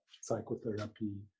Psychotherapy